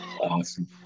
Awesome